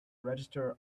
register